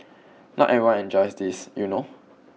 not everyone enjoys this you know